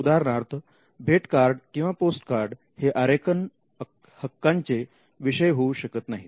उदाहरणार्थ भेट कार्ड किंवा पोस्टकार्ड हे आरेखन हक्कांचे विषय होऊ शकत नाहीत